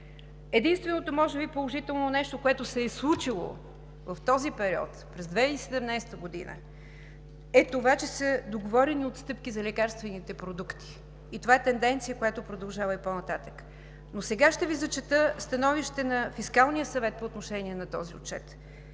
Единственото може би положително нещо, което се е случило в този период, през 2017 г., е това, че са договорени отстъпки за лекарствените продукти и това е тенденция, която продължава и по-нататък. Но сега ще Ви зачета становище на Фискалния съвет по отношение на този отчет.